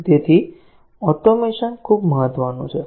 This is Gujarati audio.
અને તેથી ઓટોમેશન ખૂબ મહત્વનું છે